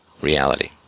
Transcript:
reality